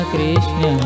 Krishna